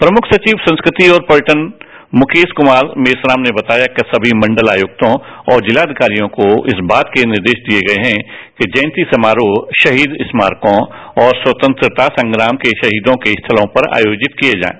प्रमुख सचिव संस्कृति और पर्यटन मुकेश कुमार मेश्राम ने बताया कि सभी मंडल आयुक्तों और जिलाधिकारियों को इस बात के निर्देश दिए गए हैं कि जयंती समारोह शहीद स्मारको और स्वतंत्रता संग्राम के शहीदों के स्थलों पर आयोजित किए जाएं